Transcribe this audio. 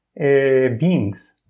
beings